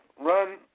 run